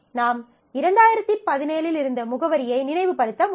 நாம் 2017 லில் இருந்த முகவரியை நினைவுபடுத்த முடியாது